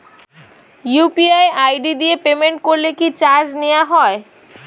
UPI ID দিয়ে payment করলে কি চার্জ নেয়া হয়?